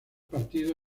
partidos